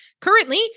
Currently